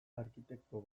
arkitekto